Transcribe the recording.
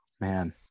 Man